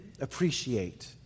appreciate